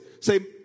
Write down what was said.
Say